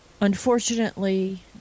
Unfortunately